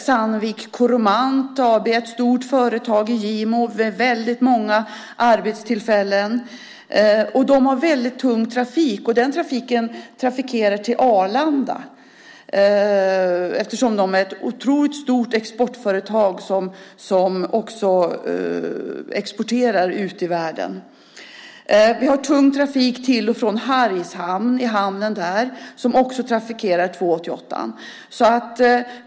Sandvik Coromant AB, ett stort företag i Gimo med väldigt många arbetstillfällen, kör med väldigt tung trafik och trafikerar sträckan till Arlanda eftersom detta är ett otroligt stort exportföretag som också exporterar ut i världen. Vi har tung trafik till och från hamnen i Hargshamn som också trafikerar 288:an.